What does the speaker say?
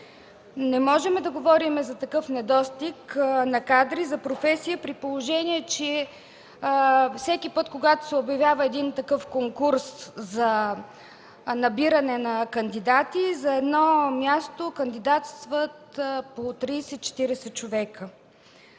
Не можем да говорим за такъв недостиг на кадри за професия, при положение че всеки път, когато се обявява един такъв конкурс за набиране на кандидати, за едно място кандидатстват по 30 40 човека.